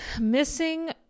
missing